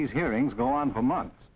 these hearings go on for months